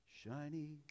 Shiny